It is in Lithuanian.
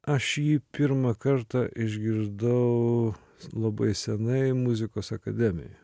aš jį pirmą kartą išgirdau labai senai muzikos akademijoje